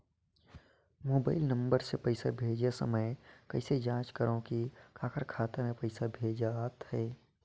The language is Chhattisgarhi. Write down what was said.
मोबाइल नम्बर मे पइसा भेजे समय कइसे जांच करव की काकर खाता मे पइसा भेजात हे?